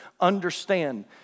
understand